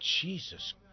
Jesus